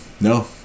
No